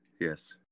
yes